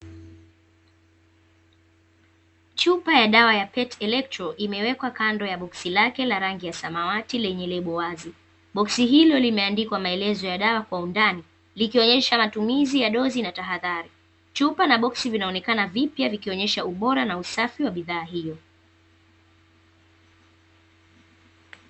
Chupa ya dawa ya petri elektro imewekwa kando ya boksi lake la rangi ya samawati lenye lebo wazi, boksi hilo limeandikwa maelezo ya dawa kwa undani likionyesha matumizi ya dozi na tahadhari, chupa na boksi vinaonekana vipya vikionyesha ubora na usafi wa bidhaa hiyo.